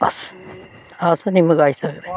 बस अस नेईं मकाई सकदे